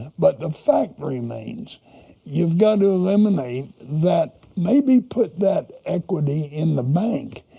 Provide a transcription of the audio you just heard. but the fact remains you've got to eliminate that, maybe put that equity in the bank,